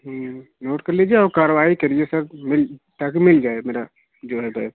note कर लीजिए और कारवाही कीजिए सर मिले ताकि मिल जाए मेरा जो है बैग